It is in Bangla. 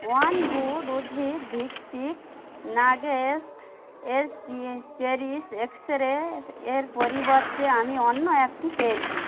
ওয়ান গুড উদ্ভিদভিত্তিক নাগেটস এর চেরিশএক্সের এর পরিবর্তে আমি অন্য একটি পেয়েছি